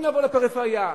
היום אנשים קונים בפריפריה.